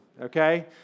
Okay